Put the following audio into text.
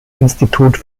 institut